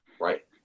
right